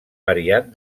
variat